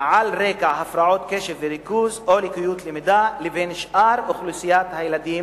על רקע הפרעות קשב וריכוז או לקויות למידה לבין שאר אוכלוסיית הילדים,